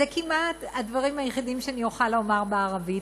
אלה כמעט הדברים היחידים שאני אוכל לומר בערבית,